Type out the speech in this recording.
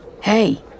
Hey